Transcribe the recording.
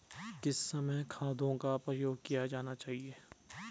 किस समय खादों का प्रयोग किया जाना चाहिए?